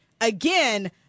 Again